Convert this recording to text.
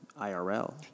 IRL